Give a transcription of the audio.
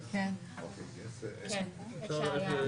היום יום רביעי, א' ראש חודש, ל' בתשרי תשפ"ב,